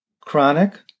chronic